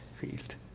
field